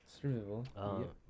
Survival